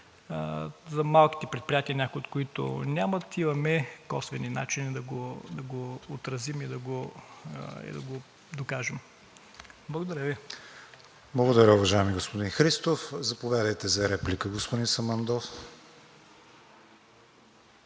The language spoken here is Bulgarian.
За малките предприятия, някои от които нямат, имаме косвени начини да го отразим и да го докажем. Благодаря Ви. ПРЕДСЕДАТЕЛ КРИСТИАН ВИГЕНИН: Благодаря, уважаеми господин Христов. Заповядайте за реплика, господин Самандов.